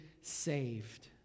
saved